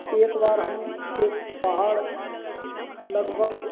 एक बार हम एक पहाड़ लगभग